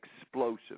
explosive